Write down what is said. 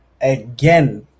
again